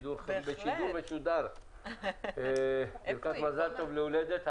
השכל בשידור מסודר בברכת מזל טוב להולדת הבת.